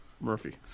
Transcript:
Murphy